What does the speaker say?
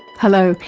hello,